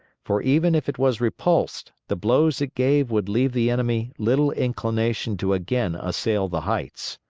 for even if it was repulsed the blows it gave would leave the enemy little inclination to again assail the heights.